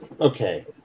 Okay